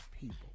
people